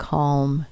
calm